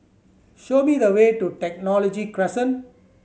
show me the way to Technology Crescent